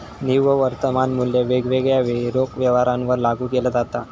निव्वळ वर्तमान मुल्य वेगवेगळ्या वेळी रोख व्यवहारांवर लागू केला जाता